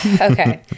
Okay